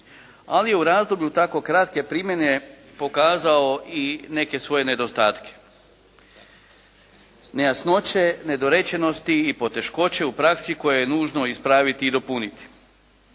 Ali je u razdoblju tako kratke primjene pokazao i neke svoje nedostatke. Nejasnoće, nedorečenosti i poteškoće u praksi koje je nužno ispraviti i dopuniti.